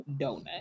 donut